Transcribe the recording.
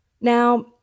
Now